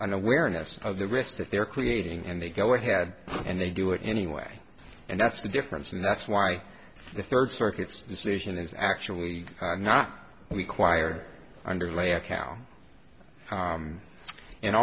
an awareness of the risk that they are creating and they go ahead and they do it anyway and that's the difference and that's why the third circuit's decision is actually not required underlay a co